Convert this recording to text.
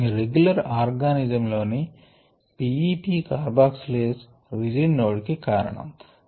regular organism లోని P E P carboxylase rigid node కి కారణం